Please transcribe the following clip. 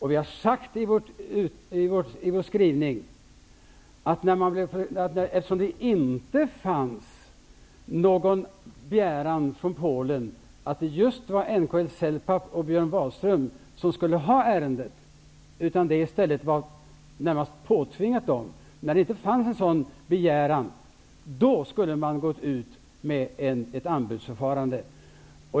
Vi har sagt i vår skrivning att eftersom det inte fanns någon begäran från Polen att just NLK Celpapp och Björn Wahlström som skulle ha ärendet, utan dessa i stället närmast påtvingats dem, då borde man i stället ha gått ut med ett anbudsförfarande.